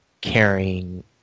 carrying